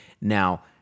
Now